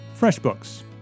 FreshBooks